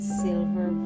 silver